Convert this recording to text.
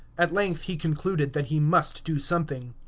at length he concluded that he must do something.